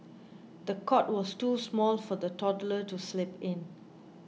the cot was too small for the toddler to sleep in